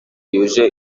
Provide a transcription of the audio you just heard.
yuje